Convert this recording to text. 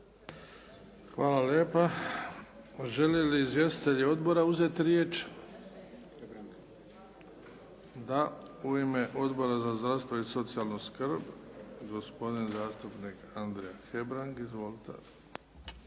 Hvala lijepa. Žele li izvjestitelji odbora uzeti riječ? Da. U ime Odbora za zdravstvo i socijalnu skrb gospodin zastupnik Andrija Hebrang. Izvolite.